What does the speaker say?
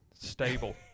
stable